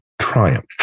triumph